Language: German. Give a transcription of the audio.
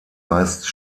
meist